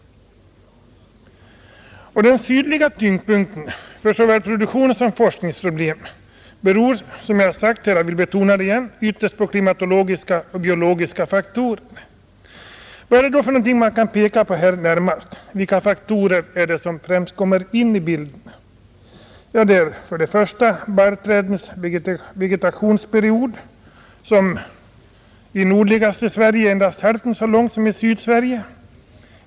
Den sydliga tyngdpunkten för såväl produktion som forskningsproblem beror som jag sagt, och jag vill betona det igen, ytterst på klimatiska och biologiska faktorer. Vilka faktorer är det då som främst kommer in i bilden? Man kan närmast peka på följande: 1. Barrträdens vegetationsperiod är i nordligaste Sverige endast hälften så lång som i Sydsverige.